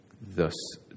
thus